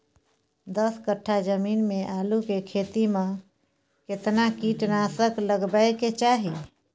दस कट्ठा जमीन में आलू के खेती म केतना कीट नासक लगबै के चाही?